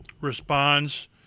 responds